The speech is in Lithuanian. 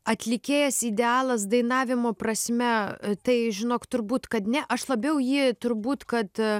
atlikėjas idealas dainavimo prasme tai žinok turbūt kad ne aš labiau jį turbūt kad